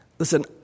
Listen